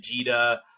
Vegeta